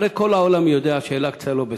הרי כל העולם יודע שאל-אקצא לא בסכנה.